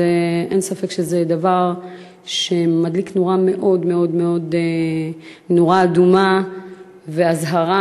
אין ספק שזה דבר שמדליק נורה אדומה ואזהרה.